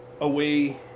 away